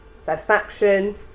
satisfaction